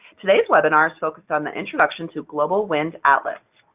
today's webinar is focused on the introduction to global wind atlas.